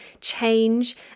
change